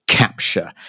capture